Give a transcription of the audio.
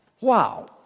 wow